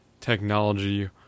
technology